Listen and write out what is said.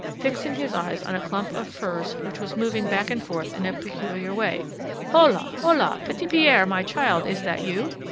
fixing his eyes on a clump of furze which was moving back and forth in a peculiar way hola! hola! petit-pierre, my child, is that you?